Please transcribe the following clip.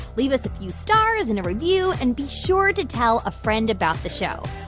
leave us a few stars and a review, and be sure to tell a friend about the show.